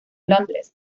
londres